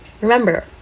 Remember